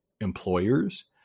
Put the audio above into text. employers